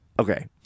Okay